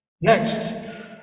Next